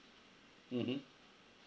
mmhmm